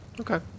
Okay